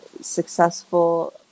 successful